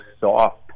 soft